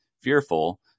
fearful